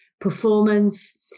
performance